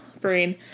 brain